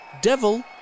Devil